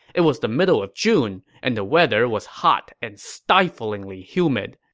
it was the middle of june, and the weather was hot and stiflingly humid.